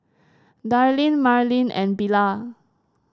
Darlyne Marylyn and Bilal